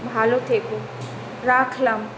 ভালো থেকো রাখলাম